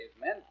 men